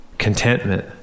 contentment